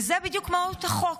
זו בדיוק מהות החוק: